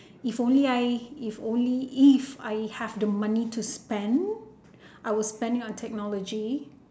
if only I if only if I have the money to spend I would spend it on technology